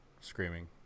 screaming